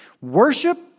Worship